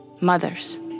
mothers